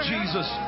Jesus